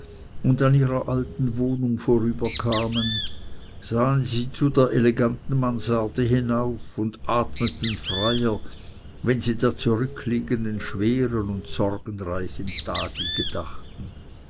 und an ihrer alten wohnung vorüberkamen sahen sie zu der eleganten mansarde hinauf und atmeten freier wenn sie der zurückliegenden schweren und sorgenreichen tage gedachten